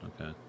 Okay